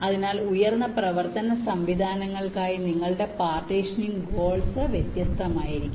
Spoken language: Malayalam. അതിനാൽ ഉയർന്ന പ്രവർത്തന സംവിധാനങ്ങൾക്കായി നിങ്ങളുടെ പാർട്ടീഷനിങ് ഗോൾസ് വ്യത്യസ്തമായിരിക്കും